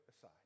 aside